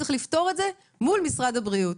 צריך לפתור את זה מול משרד הבריאות.